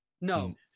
No